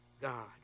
god